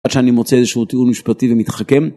עד שאני מוצא איזשהו טיעון משפטי ומתחכם.